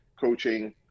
coaching